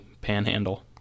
panhandle